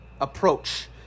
approach